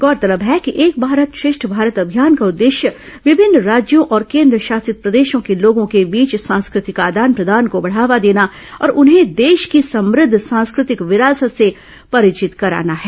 गौरतलब है कि एक भारत श्रेष्ठ भारत अभियान का उद्देश्य विभिन्न राज्यों और केंद्रशासित प्रदेशों के लोगों के बीच सांस्कृतिक आदान प्रदान को बढ़ावा देना और उन्हें देश की समृद्ध सांस्कृतिक विरासत से परिचित कराना है